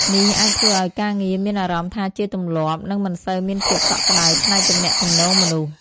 នេះអាចធ្វើឱ្យការងារមានអារម្មណ៍ថាជាទម្លាប់ និងមិនសូវមានភាពកក់ក្តៅផ្នែកទំនាក់ទំនងមនុស្ស។